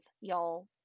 y'all